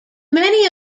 many